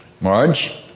Marge